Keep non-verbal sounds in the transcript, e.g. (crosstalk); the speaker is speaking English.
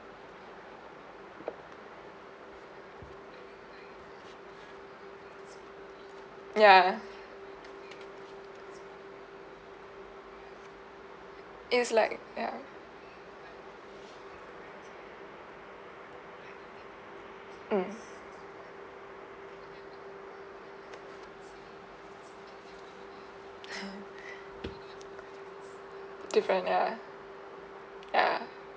ya it's like ya mm (laughs) different ya ya